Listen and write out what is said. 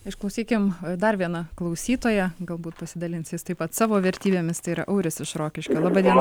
išklausykim dar vieną klausytoją galbūt pasidalins jis taip pat savo vertybėmis tai yra auris iš rokiškio laba diena